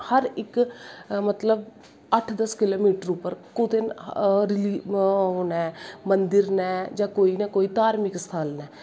हर इक मतलव अट्ठ दस कीलो मीटर कुते ओह् मनदर नै जां कोई ना कोई धार्मिक स्थल नै